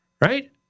Right